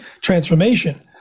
transformation